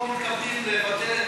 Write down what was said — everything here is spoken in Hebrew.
שהם לא מתכוונים לבטל את,